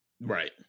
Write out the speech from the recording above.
right